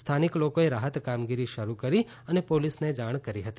સ્થાનિક લોકોએ રાહત કામગીરી શરૂ કરી અને પોલીસને જાણ કરી હતી